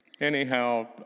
Anyhow